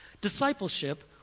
discipleship